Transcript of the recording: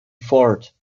fort